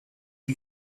you